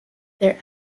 their